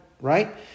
right